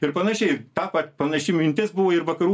ir panašiai tą pat panaši mintis buvo ir vakarų